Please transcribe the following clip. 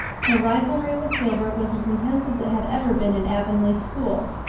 her rivalry with gilbert was as intense as it had ever been in avonlea school,